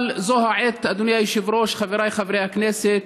אבל זו העת, אדוני היושב-ראש, חבריי חברי הכנסת,